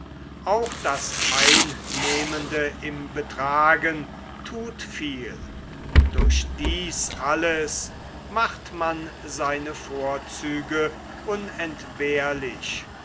auch das einnehmende im betragen thut viel durch dies alles macht man seine vorzüge unentbehrlich